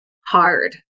hard